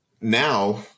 now